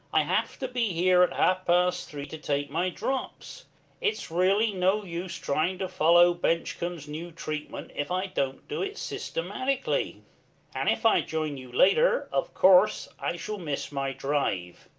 i have to be here at half-past three to take my drops it's really no use trying to follow bencomb's new treatment if i don't do it systematically and if i join you later, of course i shall miss my drive.